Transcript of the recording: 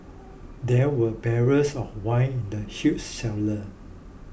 there were barrels of wine in the huge cellar